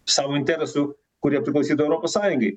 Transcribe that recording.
savo interesų kurie priklausytų europos sąjungai